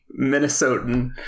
Minnesotan